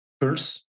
Pulse